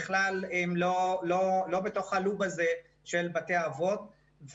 בכלל הן לא בתוך הלופ הזה של בתי האבות.